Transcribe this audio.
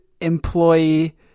employee